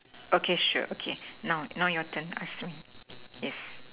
okay sure okay now your turn to ask me yes